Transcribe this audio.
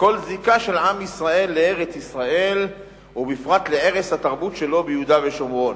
כל זיקה של עם ישראל לארץ-ישראל ובפרט לערש התרבות שלו ביהודה ושומרון.